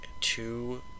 two